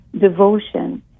devotion